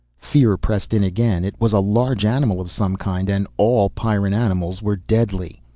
fear pressed in again, it was a large animal of some kind. and all pyrran animals were deadly.